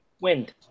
Wind